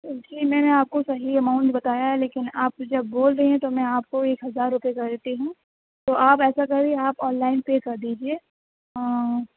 اِس لیے میں نے آپ کو صحیح اماؤنٹ بتایا ہے لیکن آپ جب بول رہے ہیں تو میں آپ کو ایک ہزار روپئے کر دیتی ہوں تو آپ ایسا کریے آپ آن لائن پے کر دیجیے